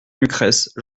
lucrèce